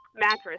Mattress